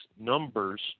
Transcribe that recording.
numbers